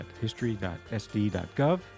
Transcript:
history.sd.gov